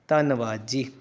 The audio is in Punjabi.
ਧੰਨਵਾਦ ਜੀ